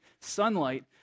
sunlight